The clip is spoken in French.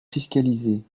fiscalisée